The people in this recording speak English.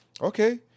Okay